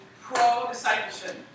pro-discipleship